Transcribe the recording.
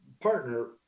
partner